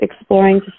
exploring